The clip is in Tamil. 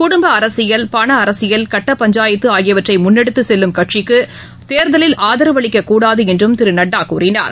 குடும்பஅரசியல் பணஅரசியல் கட்டப்பஞ்சாயத்துஆகியவற்றைமுன்னெடுத்துசெல்லும் கட்சிக்குதேர்தலில் ஆதரவு அளிக்கக்கூடாதுஎன்றும் திருநட்டாகூறினார்